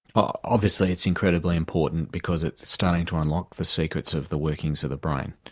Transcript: ah obviously it's incredibly important because it's starting to unlock the secrets of the workings of the brain.